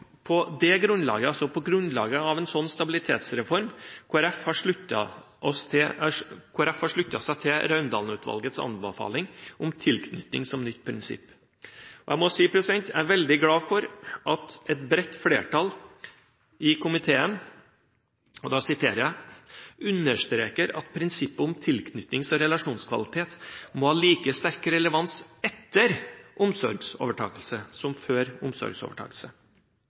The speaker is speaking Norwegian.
også på grunnlaget av en sånn stabilitetsreform at Kristelig Folkeparti har sluttet seg til Raundalen-utvalgets anbefaling om tilknytning som nytt prinsipp. Jeg må si at jeg er veldig glad for at et bredt flertall i komiteen «understreker at prinsippet om tilknytnings- og relasjonskvalitet må ha like sterk relevans etter omsorgsovertakelse som før omsorgsovertakelse.